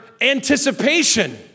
anticipation